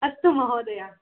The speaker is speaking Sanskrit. अस्तु महोदय